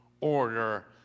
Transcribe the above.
order